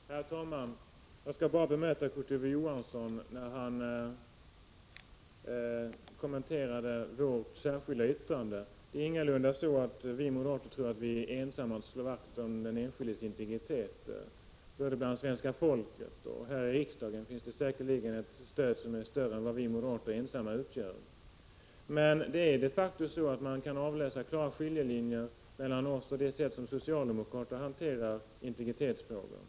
Herr talman! Jag skall bara bemöta Kurt Ove Johanssons kommentar över vårt särskilda yttrande. Det är ingalunda så att vi moderater tror att vi är ensamma om att slå vakt om den enskildes integritet. Både bland det svenska folket och här i riksdagen finns det säkerligen ett stöd som är större än vad vi moderater ensamma utgör. Men man kan de facto avläsa klara skiljelinjer mellan vårt och socialdemokraternas sätt att hantera integritetsfrågor.